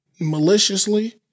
maliciously